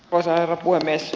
arvoisa herra puhemies